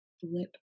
flip